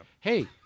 hey